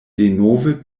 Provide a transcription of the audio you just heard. denove